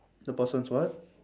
the person's what